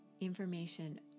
information